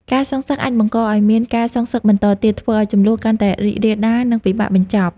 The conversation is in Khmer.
ការសងសឹកអាចបង្កឲ្យមានការសងសឹកបន្តទៀត ធ្វើឲ្យជម្លោះកាន់តែរីករាលដាល និងពិបាកបញ្ចប់។